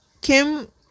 Kim